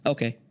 Okay